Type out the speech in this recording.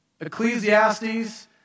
Ecclesiastes